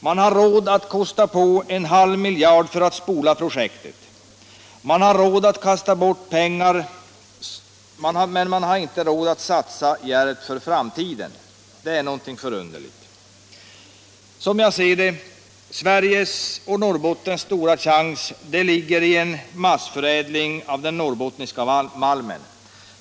Man har råd att kosta på en halv miljard för att spola projektet. Man har råd att kasta bort pengar, men man har inte råd att satsa djärvt för framtiden. Det är någonting förunderligt. Som jag ser det ligger Sveriges och Norrbottens stora chans i en massförädling av den norrbottniska malmen.